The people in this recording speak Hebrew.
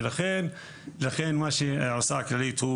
לכן מה שעושה הכללית,